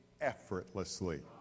effortlessly